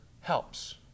helps